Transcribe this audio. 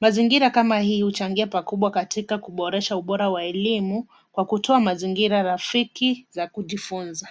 Mazingira kama hii huchangia pakubwa katika kuboresha ubora wa elimu kwa kutoa mazingira rafiki za kujifunza.